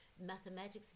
mathematics